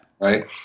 Right